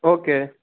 okay